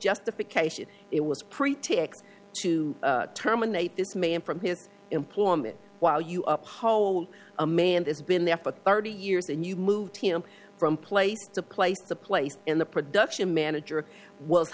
justification it was pre taped to terminate this man from his employment while you up hold a man has been there for thirty years and you moved him from place to place to place in the production manager was